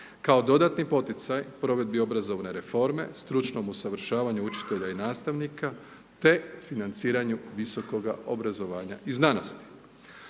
kao dodatni poticaj provedbi obrazovne reforme, stručnom usavršavanju učitelja i nastavnika te financiranju visokoga obrazovanja i znanosti.